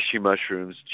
mushrooms